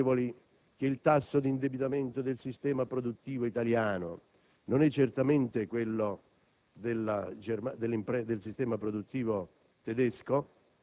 Allora, siamo consapevoli dell'anemia del sistema produttivo italiano, peraltro più accentuata di quella di altri Paesi - si pensi alla Germania